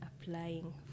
applying